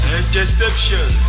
Interception